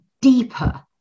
deeper